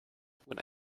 when